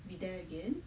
be there again